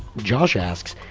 josh asks,